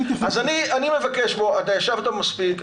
אתה ישבת מספיק,